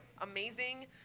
amazing